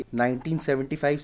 1975